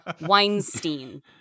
Weinstein